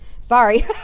sorry